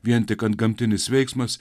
vien tik antgamtinis veiksmas